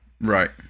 Right